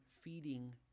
feeding